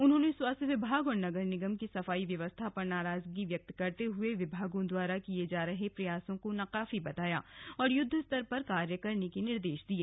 उन्होंने स्वास्थ्य विभाग और नगर निगम की सफाई व्यवस्था पर नाराजगी व्यक्त करते हुये विभागों द्वारा किये जा रहे प्रयासों को नाकाफी बताया और युद्ध स्तर पर कार्य करने के निर्देश दिये